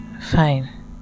fine